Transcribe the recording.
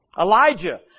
Elijah